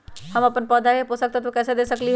हम अपन पौधा के पोषक तत्व कैसे दे सकली ह?